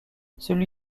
celui